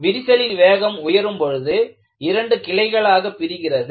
விரிசலின் வேகம் உயரும் பொழுது இரண்டு கிளைகளாக பிரிகிறது